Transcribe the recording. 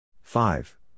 Five